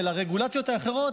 של הרגולציות האחרות,